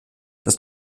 das